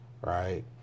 right